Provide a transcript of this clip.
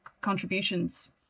contributions